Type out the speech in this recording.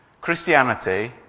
Christianity